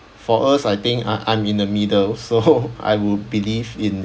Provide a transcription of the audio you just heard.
for us I think ah I'm in the middle so I would believe in